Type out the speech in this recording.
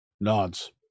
nods